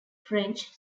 french